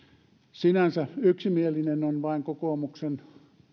sinänsä yksimielinen on vain kokoomuksen